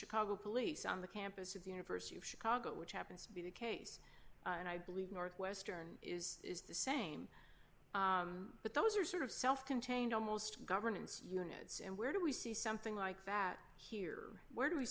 chicago police on the campus of the university of chicago which happens to be the case and i believe northwestern is is the same but those are sort of self contained almost governance units and where do we see something like that here where do we